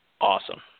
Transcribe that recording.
awesome